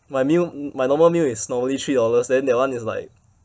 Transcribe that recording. my meal m~ my normal meal is normally three dollars then that one is like